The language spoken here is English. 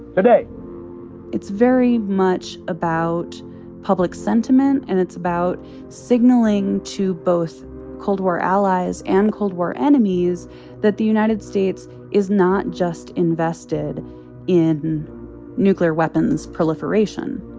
today it's very much about public sentiment, and it's about signaling to both cold war allies and cold war enemies that the united states is not just invested in nuclear weapons proliferation